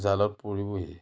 জালত পৰিবহি